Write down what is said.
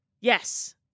Yes